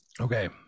okay